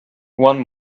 one